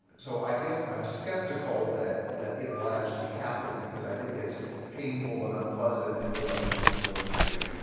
so i guess i'm skeptical that that it will actually happen because i think it's painful and unpleasant and nobody is willing to do it.